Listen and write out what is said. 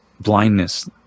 blindness